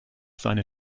seine